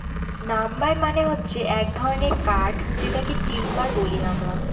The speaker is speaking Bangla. নাম্বার মানে হচ্ছে এক ধরনের কাঠ যেটাকে টিম্বার বলি আমরা